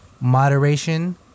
moderation